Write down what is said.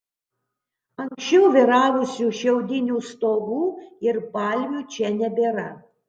anksčiau vyravusių šiaudinių stogų ir palmių čia nebėra